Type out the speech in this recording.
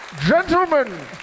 Gentlemen